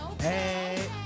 Hey